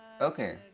Okay